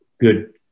good